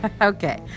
Okay